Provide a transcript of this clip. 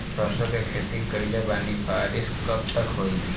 सरसों के खेती कईले बानी बारिश कब तक होई?